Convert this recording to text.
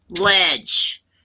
ledge